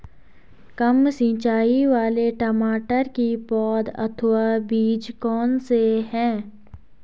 कम सिंचाई वाले टमाटर की पौध अथवा बीज कौन से हैं?